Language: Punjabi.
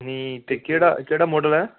ਹੂੰ ਤੇ ਕਿਹੜਾ ਕਿਹੜਾ ਮੋਡਲ ਐ